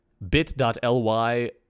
bit.ly